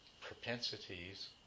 propensities